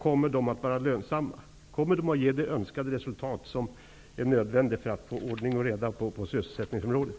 Är de lönsamma, och kommer de att ge det önskade resultat som är nödvändigt för att få ordning och reda på sysselsättningsområdet.